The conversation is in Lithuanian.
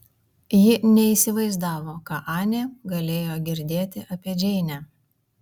ji neįsivaizdavo ką anė galėjo girdėti apie džeinę